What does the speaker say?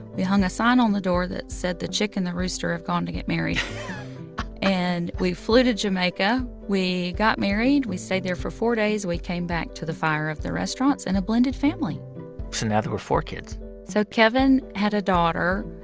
we hung a sign on the door that said, the chick and the rooster have gone to get married and we flew to jamaica. we got married. we stayed there for four days, and we came back to the fire of the restaurants and a blended family so now there were four kids so kevin had a daughter,